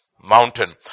mountain